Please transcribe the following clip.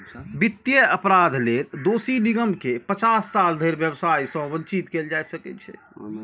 वित्तीय अपराध लेल दोषी निगम कें पचास साल धरि व्यवसाय सं वंचित कैल जा सकै छै